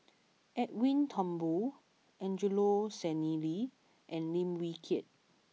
Edwin Thumboo Angelo Sanelli and Lim Wee Kiak